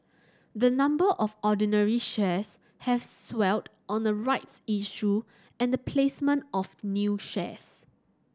the number of ordinary shares has swelled on a rights issue and the placement of new shares